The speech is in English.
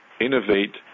innovate